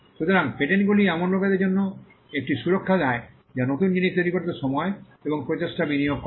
সুতরাং পেটেন্টগুলি এমন লোকদের জন্য একটি সুরক্ষা দেয় যা নতুন জিনিস তৈরিতে সময় এবং প্রচেষ্টা বিনিয়োগ করে